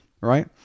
Right